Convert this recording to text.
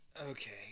Okay